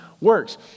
works